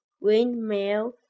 windmill